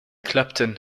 clapton